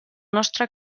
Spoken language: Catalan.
nostre